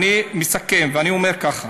אני מסכם ואומר ככה: